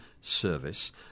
service